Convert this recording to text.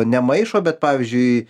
nemaišo bet pavyzdžiui